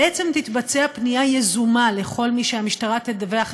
בעצם תתבצע פנייה יזומה לכל מי שהפרקליטות